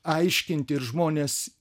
aiškinti ir žmonės